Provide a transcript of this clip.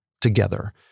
together